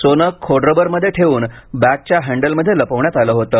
सोनं खोडरबमध्ये ठेवून बॅगच्या हँडलमध्ये लपवण्यात आल होतं